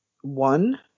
one